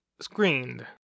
screened